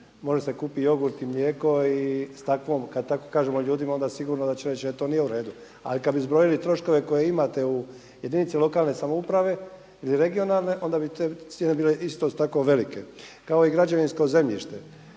Može da se kupi jogurt i mlijeko i kad tako kažemo ljudima onda sigurno da će reći: E to nije u redu. Ali kad bi zbrojili troškove koje imate u jedinicama lokalne samouprave ili regionalne, onda bi te cijene bile isto tako velike, kao i građevinsko zemljište.